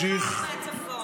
האם חדר כלב מהצפון?